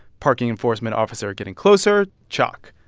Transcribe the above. parking enforcement officer getting closer chalk.